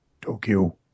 Tokyo